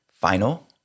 final